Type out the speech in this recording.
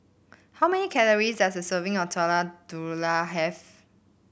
how many calories does a serving of Telur Dadah have